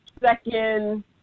second